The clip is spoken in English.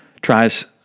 tries